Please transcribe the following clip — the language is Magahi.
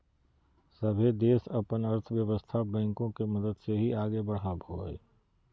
सभे देश अपन अर्थव्यवस्था बैंको के मदद से ही आगे बढ़ावो हय